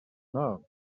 know